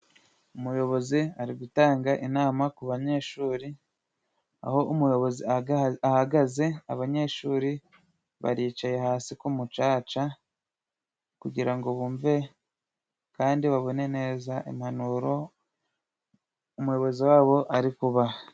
Umuyobozi ari gutanga inama ku banyeshuri, aho umuyobozi ahagaze, abanyeshuri baricaye hasi ku mucaca kugira ngo bumve kandi babone neza impanuro umuyobozi wabo ari kubaha.